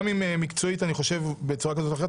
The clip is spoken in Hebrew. גם אם מקצועית אני חושב בצורה כזאת או אחרת,